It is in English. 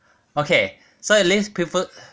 okay so at least people